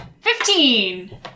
Fifteen